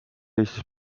eestis